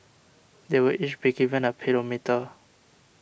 they will each be given a pedometer